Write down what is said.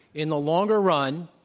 in the longer run,